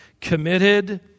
committed